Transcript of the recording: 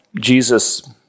Jesus